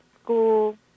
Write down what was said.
school